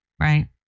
right